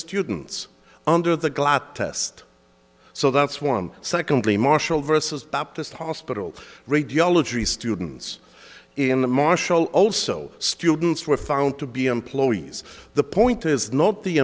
students under the glass test so that's one secondly marshall versus baptist hospital radiology students in the marshall also students were found to be employees the point is not the